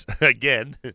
again